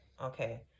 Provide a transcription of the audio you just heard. Okay